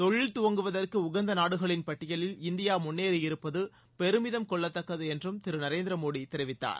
தொழில் துவங்குவதற்கு உகந்த நாடுகளின் பட்டியலில் இந்தியா முன்னேறியிருப்பது பெருமிதம் கொள்ளத்தக்கது என்றும் திரு நரேந்திர மோடி தெரிவித்தார்